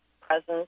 presence